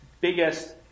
biggest